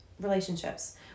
relationships